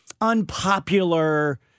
unpopular